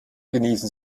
genießen